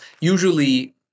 Usually